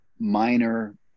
minor